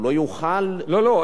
הוא לא יוכל, לא, לא.